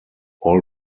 all